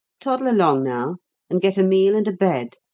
toddle along now and get a meal and a bed.